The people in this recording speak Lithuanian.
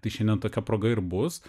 tai šiandien tokia proga ir bus